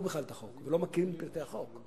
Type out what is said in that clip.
בכלל את החוק ולא מכירים את פרטי החוק,